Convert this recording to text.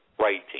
Writing